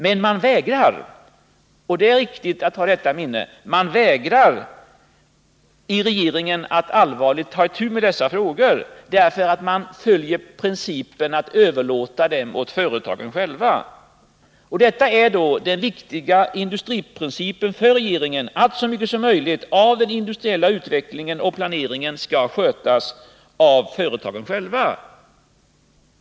Men man vägrar i regeringen — och det är viktigt att hålla detta i minnet — att ta itu på allvar med dessa frågor. Man följer principen att överlåta dessa till företagen själva. Det är tydligen en viktig industriprincip för regeringen att så mycket som möjligt av den industriella utvecklingen och planeringen skall överlåtas till företagen själva.